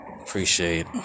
Appreciate